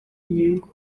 inyungu